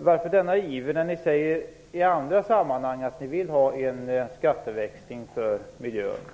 Varför denna iver när ni i andra sammanhang säger att ni vill ha en skatteväxling för miljön?